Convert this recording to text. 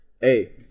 Hey